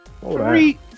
Three